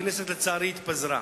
הכנסת, לצערי, התפזרה.